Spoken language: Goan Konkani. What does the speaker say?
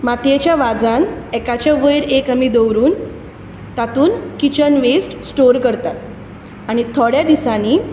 मातयेच्या वाजान एकाच्या वयर एक आनी दवरून तातूंत किचन वेस्ट स्टोर करतात आनी थोडे दिसांनी